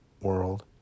world